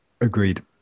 Agreed